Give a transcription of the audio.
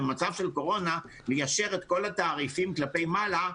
במצב של קורונה ליישר את כל התעריפים כלפי מעלה.